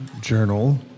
journal